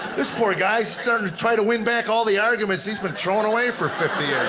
this poor guy's starting to try to win back all the arguments he's been throwing away for fifty